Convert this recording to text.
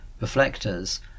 reflectors